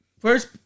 first